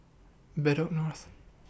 Bedok North